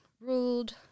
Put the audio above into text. ruled